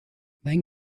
then